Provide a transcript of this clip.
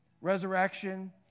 Resurrection